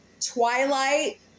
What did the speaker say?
Twilight